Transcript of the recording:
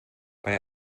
bei